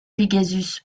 pegasus